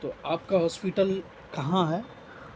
تو آپ کا ہاسپیٹل کہاں ہے